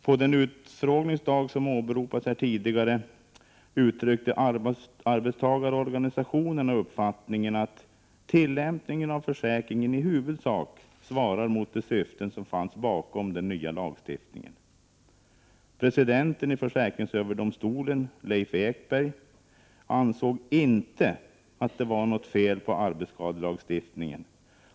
På den utfrågningsdag som åberopades här tidigare uttryckte arbetstagarorganisationerna uppfattningen att tillämpningen av försäkringen i huvudsak svarar mot de syften som fanns bakom den nya lagstiftningen. Presidenten i försäkringsöverdomstolen, Leif Ekberg, ansåg inte att det var något fel på arbetsskadelagstiftningen.